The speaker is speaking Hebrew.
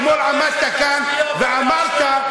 אתמול עמדת כאן ואמרת,